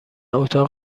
اتاق